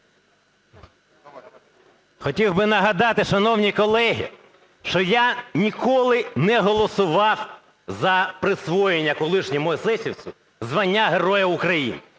Хотів би нагадати, шановні колеги, що я ніколи не голосував за присвоєння колишньому есесівцю звання Героя України.